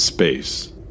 Space